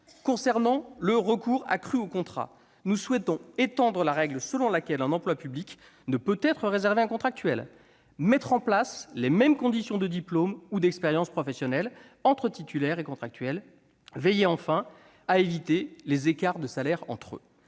Concernant le recours accru au contrat, nous souhaitons étendre la règle selon laquelle un emploi public ne peut être réservé à un contractuel, mettre en place les mêmes conditions de diplôme ou d'expérience professionnelle entre titulaires et contractuels, veiller à éviter les écarts de salaire entre eux.